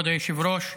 כבוד היושב-ראש,